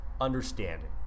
understanding